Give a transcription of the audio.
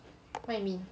what you mean